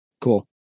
Cool